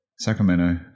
Sacramento